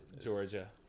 Georgia